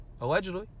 allegedly